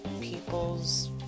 people's